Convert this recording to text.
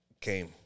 came